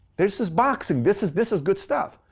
this is boxing. this is this is good stuff.